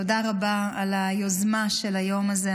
תודה רבה על היוזמה של היום הזה.